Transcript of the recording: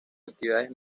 actividades